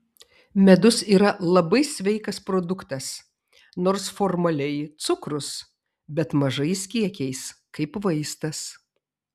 medus yra labai sveikas produktas nors formaliai cukrus bet mažais kiekiais kaip vaistas